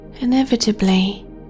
inevitably